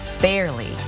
barely